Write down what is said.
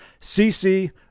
CC